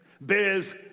bears